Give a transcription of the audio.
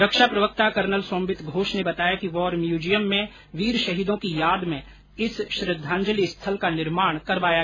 रक्षा प्रवक्ता कर्नल सोम्बित घोष ने बताया कि वॉर म्यूजियम में वीर शहीदों की याद में इस श्रद्धाजंलि स्थल का निर्माण करवाया गया है